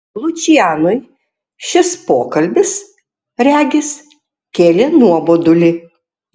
lučianui šis pokalbis regis kėlė nuobodulį